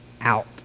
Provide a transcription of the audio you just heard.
out